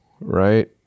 right